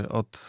od